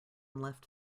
left